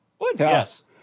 Yes